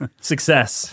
Success